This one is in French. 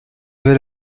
vais